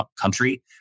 country